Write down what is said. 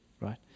right